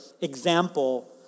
example